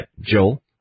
Joel